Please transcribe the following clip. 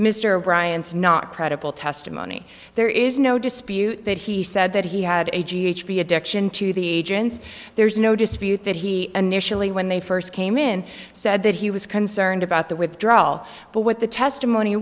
mr bryant's not credible testimony there is no dispute that he said that he had a g h b addiction to the agents there's no dispute that he initially when they first came in said that he was concerned about the withdrawal but what the testimony